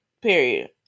period